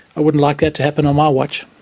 i wouldn't like that to happen on my watch.